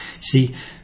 see